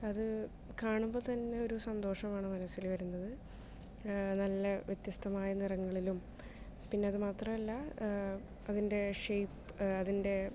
അത് കാണുമ്പോൾ തന്നെ ഒരു സന്തോഷമാണ് മനസിൽ വരുന്നത് നല്ല വ്യത്യസ്തമായ നിറങ്ങളിലും പിന്നെ അത് മാത്രമല്ല അതിന്റെ ഷേപ്പ് അതിന്റെ